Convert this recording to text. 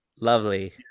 lovely